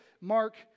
Mark